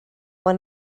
when